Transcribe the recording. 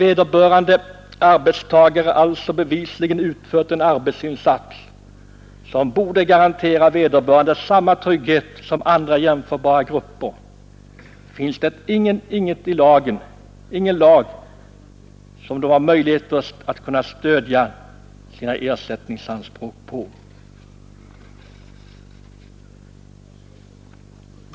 Trots att denna arbetstagare alltså bevisligen har utfört en arbetsinsats, som borde garantera henne samma trygghet som människor i andra jämförbara grupper, finns det ingen lag som hon har möjligheter att stödja sina ersättningsanspråk på.